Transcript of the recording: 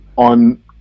on